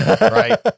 right